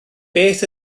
beth